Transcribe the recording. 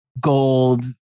gold